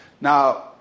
now